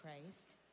Christ